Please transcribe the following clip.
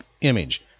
image